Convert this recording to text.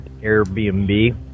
Airbnb